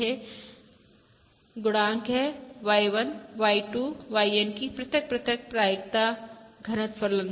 यह गुणांक है Y1 Y2 YN की पृथक पृथक प्रायिकता घनत्व फलन